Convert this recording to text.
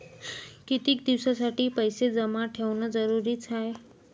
कितीक दिसासाठी पैसे जमा ठेवणं जरुरीच हाय?